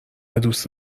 دوست